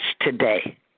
today